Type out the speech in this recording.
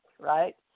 right